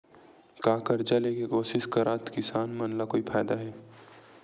का कर्जा ले के कोशिश करात किसान मन ला कोई फायदा हे?